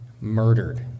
murdered